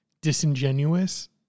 disingenuous